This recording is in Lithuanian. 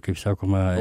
kaip sakoma